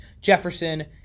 Jefferson